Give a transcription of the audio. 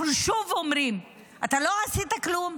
אנחנו שוב אומרים: אתה לא עשית כלום.